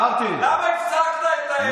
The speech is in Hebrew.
למה הפסקת את ההרג?